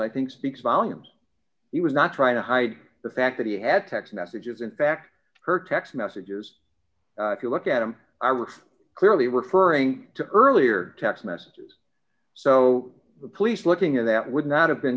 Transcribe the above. i think speaks volumes he was not trying to hide the fact that he had text messages in fact her text messages if you look at him i was clearly referring to earlier text messages so the police looking at that would not have been